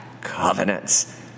Covenants